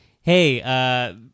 hey